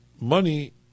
money